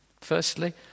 Firstly